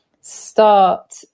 start